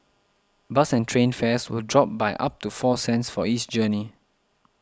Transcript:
bus and train fares will drop by up to four cents for each journey